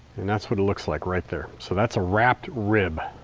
and that's what it looks like right there. so that's a wrapped rib.